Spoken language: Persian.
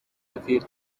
رفیق